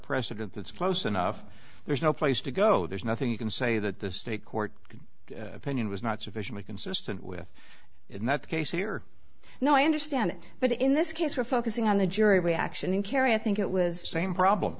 precedent that's close enough there's no place to go there's nothing you can say that the state court opinion was not sufficiently consistent with in that case here no i understand but in this case we're focusing on the jury reaction in cary i think it was same problem